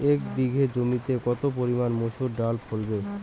এক বিঘে জমিতে কত পরিমান মুসুর ডাল ফেলবো?